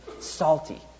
salty